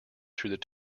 through